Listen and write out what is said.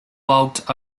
balked